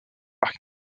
par